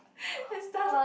and stuff